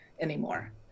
anymore